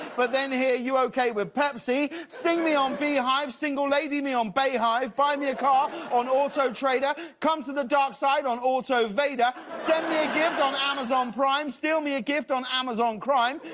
but then hear, you okay with pepsi? sting me on beehive. single lady me on beyhive. buy me a car on auto trader. come to the dark side on auto vader. send me a gift on amazon prime. steal me a gift on amazon crime.